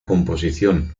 composición